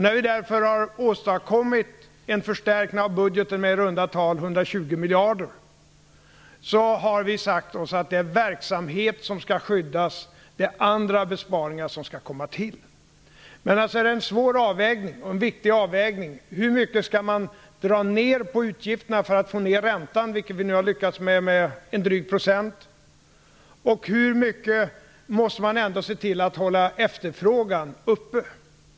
När vi därför har åstadkommit en förstärkning av budgeten med i runda tal 120 miljarder har vi sagt oss att det är verksamhet som vi skall skydda. Det är andra besparingar som skall komma till. Men det är en svår och viktig avvägning. Hur mycket skall man dra ner på utgifterna för att få ner räntan, vilket vi har lyckats med nu med en dryg procent, och hur mycket måste man ändå se till att hålla efterfrågan uppe?